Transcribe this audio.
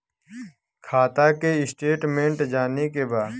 खाता के स्टेटमेंट जाने के बा?